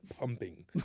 pumping